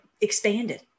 expanded